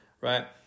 right